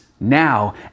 Now